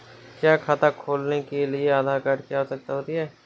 क्या खाता खोलने के लिए आधार कार्ड की आवश्यकता होती है?